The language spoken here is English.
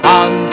on